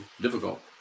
difficult